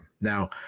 Now